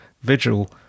Vigil